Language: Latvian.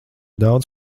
daudz